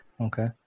Okay